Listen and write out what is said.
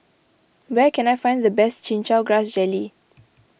where can I find the best Chin Chow Grass Jelly